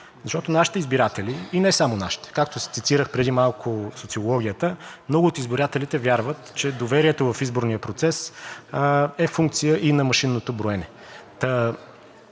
Нашите избиратели, и не само нашите, както цитирах преди малко социологията, много от избирателите вярват, че доверието в изборния процес е функция и на машинното броене.